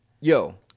Yo